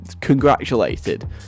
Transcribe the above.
congratulated